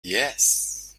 yes